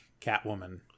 catwoman